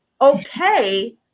okay